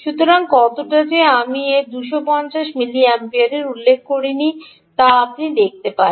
সুতরাং কতটা যে আমি এর 250 মিলিমিপিয়ারের উল্লেখ করিনি তা আপনি দেখতে পারেন